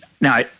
Now